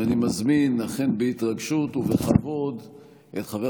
אני מזמין אכן בהתרגשות ובכבוד את חבר